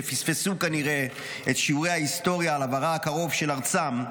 שפספסו כנראה את שיעורי ההיסטוריה על עברה הקרוב של ארצם,